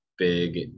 Big